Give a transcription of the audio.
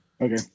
Okay